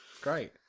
Great